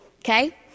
Okay